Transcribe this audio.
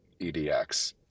EDX